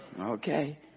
Okay